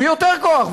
ויותר כוח,